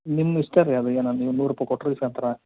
ನಿಮ್ಮ ಇಷ್ಟ ರೀ ಅದು ಏನೋ ನೀವು ನೂರು ರೂಪಾಯಿ ಕೊಟ್ಟರು ಇಸ್ಕೊಂತಾರ